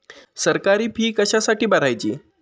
सरकारी फी कशासाठी भरायची